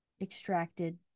extracted